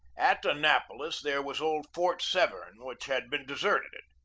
at annapolis there was old fort severn, which had been deserted.